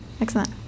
excellent